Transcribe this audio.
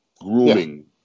grooming